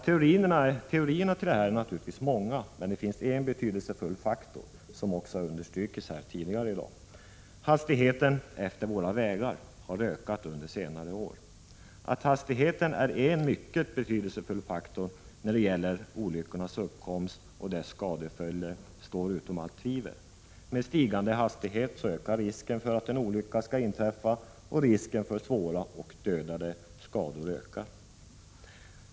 Teorierna är naturligtvis många, men det finns en betydelsefull faktor som har understrukits här tidigare i dag. Trafikens hastighet på våra vägar har ökat under senare år. Att hastigheten är en mycket betydelsefull faktor när det gäller olyckornas uppkomst och deras skadeföljder står utom allt tvivel. Med stigande hastighet ökar risken för att en olycka skall inträffa, och risken för svåra och dödande skador ökar.